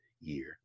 year